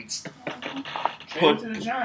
Put